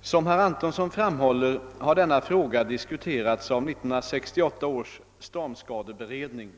Som herr Antonsson framhåller har denna fråga diskuterats av 1968 års stormskadeberedning.